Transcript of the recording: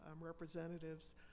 representatives